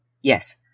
Yes